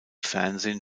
fernsehen